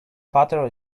butter